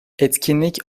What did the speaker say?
etkinlik